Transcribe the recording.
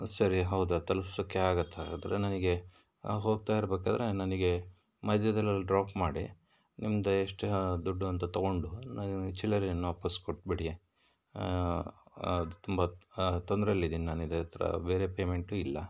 ಸರಿ ಹೌದಾ ತಲುಪ್ಸಕ್ಕೆ ಆಗತ್ತಾ ಹಾಗಾದರೆ ನನಗೆ ಹೋಗ್ತಾ ಇರ್ಬೇಕಾದ್ರೆ ನನಗೆ ಮಧ್ಯದಲ್ಲಲ್ಲಿ ಡ್ರಾಪ್ ಮಾಡಿ ನಿಮ್ಮದು ಎಷ್ಟು ದುಡ್ಡು ಅಂತ ತೊಗೊಂಡು ಚಿಲ್ಲರೆಯನ್ನು ವಾಪಸ್ ಕೊಟ್ಬಿಡಿ ಅದು ತುಂಬ ತೊಂದ್ರೆಯಲ್ಲಿದ್ದೀನಿ ನಾನು ಇದತ್ರ ಬೇರೆ ಪೇಮೆಂಟು ಇಲ್ಲ